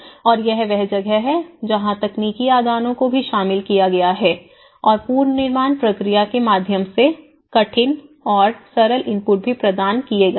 और यह वह जगह है जहां तकनीकी आदानों को भी शामिल किया गया है और पुनर्निर्माण प्रक्रिया के माध्यम से कठिन और सरल इनपुट भी प्रदान किए गए हैं